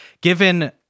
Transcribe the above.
given